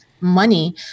money